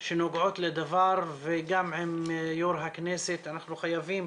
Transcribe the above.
שנוגעות לדבר וגם עם יושב ראש הכנסת, אנחנו חייבים